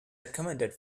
recommended